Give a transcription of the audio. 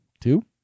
Two